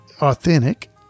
authentic